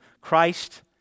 Christ